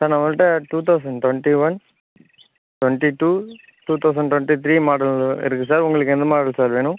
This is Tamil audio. சார் நம்மகிட்ட two thousand twenty one twenty two two thousand twenty three model இருக்குது சார் உங்களுக்கு எந்த மாடல் சார் வேணும்